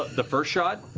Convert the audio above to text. the first shot?